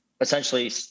essentially